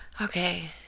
Okay